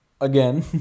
again